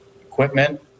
equipment